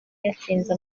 yatsinze